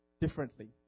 differently